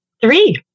Three